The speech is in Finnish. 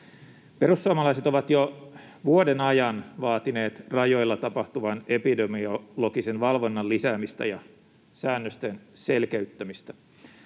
Perussuomalaiset ovat jo vuoden ajan vaatineet rajoilla tapahtuvan epidemiologisen valvonnan lisäämistä ja säännösten selkeyttämistä,